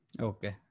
Okay